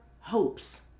hopes